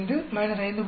025 5